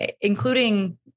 including